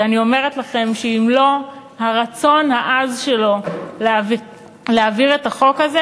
שאני אומרת לכם שאם לא הרצון העז שלו להעביר את החוק הזה